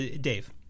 Dave